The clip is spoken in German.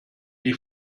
die